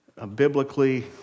Biblically